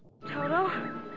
Toto